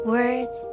Words